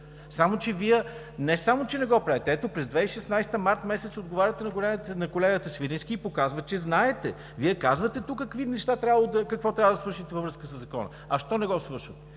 не само че не го правите – ето, през 2016 г. март месец отговаряте на колегата Свиленски и показвате, че знаете. Тука казвате какво трябва да свършите във връзка със Закона, а защо не го свършвате?